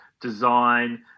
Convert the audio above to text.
design